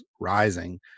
rising